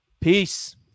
Peace